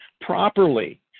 properly